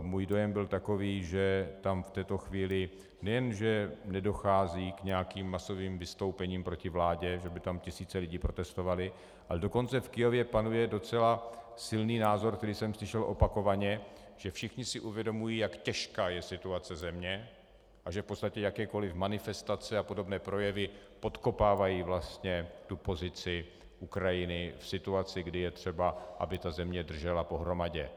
Můj dojem byl takový, že tam v této chvíli nejen že nedochází k nějakým masovým vystoupením proti vládě, že by tam tisíce lidí protestovaly, ale dokonce v Kyjevě panuje docela silný názor, který jsem slyšel opakovaně, že všichni si uvědomují, jak těžká je situace země, a že v podstatě jakékoli manifestace a podobné projevy podkopávají pozici Ukrajiny v situaci, kdy je třeba, aby země držela pohromadě.